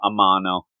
Amano